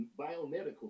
biomedical